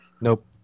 Nope